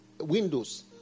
windows